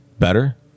better